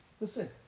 Listen